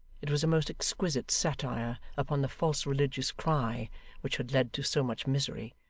it was a most exquisite satire upon the false religious cry which had led to so much misery,